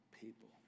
people